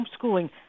homeschooling